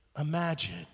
imagine